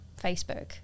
Facebook